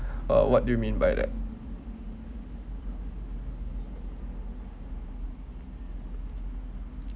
uh what do you mean by that